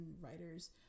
writers